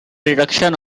reduction